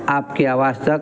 आपकी आवास तक